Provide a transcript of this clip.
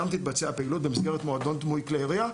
ושם תתבצע הפעילות במסגרת מועדון דמוי כלי ירייה,